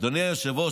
אדוני היושב-ראש,